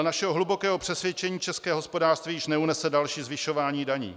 Dle našeho hlubokého přesvědčení české hospodářství již neunese další zvyšování daní.